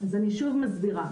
אז אני שוב מסבירה,